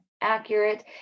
accurate